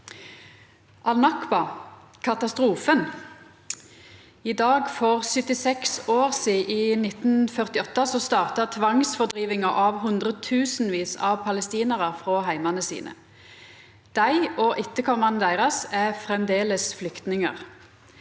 Al-Nakba, katastrofen: I dag for 76 år sidan, i 1948, starta tvangsfordrivinga av hundretusenvis av palestinarar frå heimane deira. Dei og etterkomarane deira er framleis flyktningar.